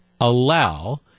allow